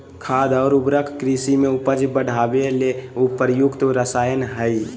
खाद और उर्वरक कृषि में उपज बढ़ावे ले प्रयुक्त रसायन हइ